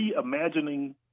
reimagining